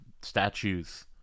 statues